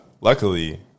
luckily